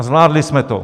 Zvládli jsme to.